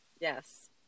Yes